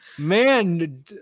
Man